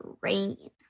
Rain